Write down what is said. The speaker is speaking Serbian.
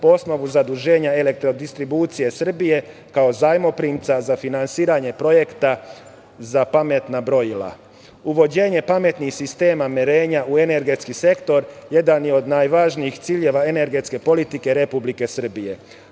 osnovu zaduženja Elektrodistribucije Srbije, kao zajmoprimca za finansiranje projekta za pametna brojila. Uvođenje pametnih sistema merenja u energetski sektor jedan je od najvažnijih ciljeva, energetske politike Republike Srbije.